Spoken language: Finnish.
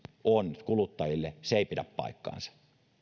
on kuluttajille ei pidä paikkaansa